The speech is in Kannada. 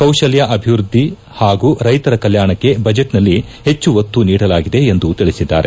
ಕೌಶಲ್ಯ ಅಭಿವೃದ್ದಿ ಹಾಗೂ ರೈತರ ಕಲ್ಯಾಣಕ್ಕೆ ಬಜೆಟ್ನಲ್ಲಿ ಹೆಚ್ಚು ಒತ್ತು ನೀಡಲಾಗಿದೆ ಎಂದು ತಿಳಿಸಿದ್ದಾರೆ